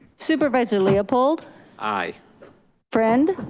supervisor leopold aye friend.